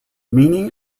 meaning